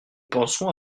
pensons